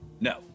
No